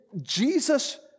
Jesus